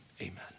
Amen